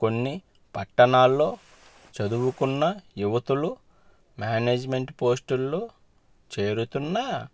కొన్ని పట్టణాల్లో చదువుకున్న యువతులు మేనేజ్మెంట్ పోస్టుల్లో చేరుతున్నా